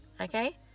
okay